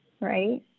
Right